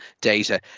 data